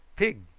pig,